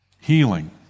Healing